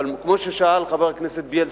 וכמו ששאל חבר הכנסת בילסקי,